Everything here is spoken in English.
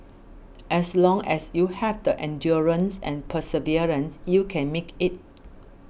as long as you have the endurance and perseverance you can make it